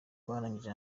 barangije